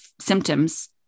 symptoms